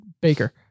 Baker